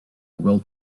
well